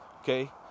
Okay